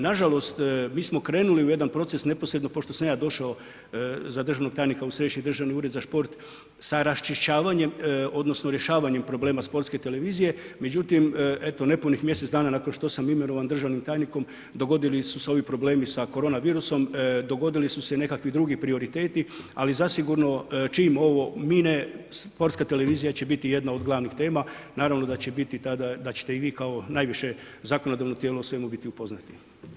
Nažalost, mi smo krenuli u jedan proces neposredno pošto sam ja došao za državnog tajnika u Središnji državni ured za šport sa raščišćavanjem odnosno rješavanjem problema sportske televizije, međutim eto nepunih mjesec dana nakon što sam imenovan državnim tajnikom dogodili su se ovi problemi sa koronavirusom, dogodili su se i nekakvi drugi prioriteti, ali zasigurno čim ovo mine, sportska televizija će biti jedna od glavnih tema, naravno da će biti tada, da ćete i vi kao najviše zakonodavno tijelo o svemu biti upoznati.